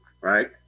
right